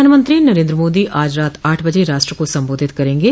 प्रधानमंत्री नरेन्द्र मोदी आज रात आठ बजे राष्ट्र को संबोधित करेंगे